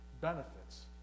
benefits